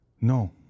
no